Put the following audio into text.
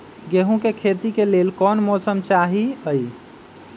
गेंहू के खेती के लेल कोन मौसम चाही अई?